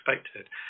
expected